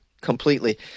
completely